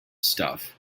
stuff